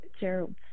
Gerald